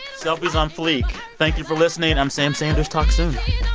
selfies on fleek. thank you for listening. i'm sam sanders. talk so